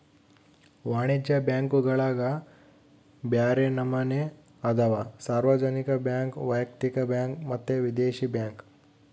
ವಾಣಿಜ್ಯ ಬ್ಯಾಂಕುಗುಳಗ ಬ್ಯರೆ ನಮನೆ ಅದವ, ಸಾರ್ವಜನಿಕ ಬ್ಯಾಂಕ್, ವೈಯಕ್ತಿಕ ಬ್ಯಾಂಕ್ ಮತ್ತೆ ವಿದೇಶಿ ಬ್ಯಾಂಕ್